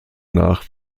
nach